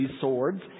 swords